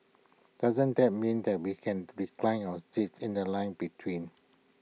doesn't that mean that we can recline our seats in The Line between